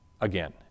again